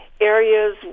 areas